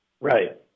Right